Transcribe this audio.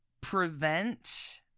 prevent